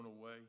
away